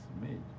made